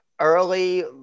early